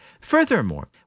Furthermore